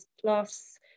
plus